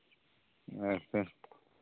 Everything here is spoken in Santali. ᱟᱪᱪᱷᱟ